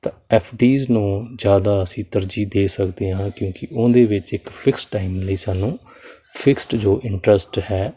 ਤਾਂ F Ds ਨੂੰ ਜ਼ਿਆਦਾ ਅਸੀਂ ਤਰਜੀਹ ਦੇ ਸਕਦੇ ਹਾਂ ਕਿਉਂਕਿ ਉਹਦੇ ਵਿੱਚ ਇੱਕ ਫਿਕਸ ਟਾਈਮ ਲਈ ਸਾਨੂੰ ਫਿਕਸਡ ਜੋ ਇੰਟਰਸਟ ਹੈ